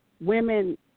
women –